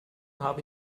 habe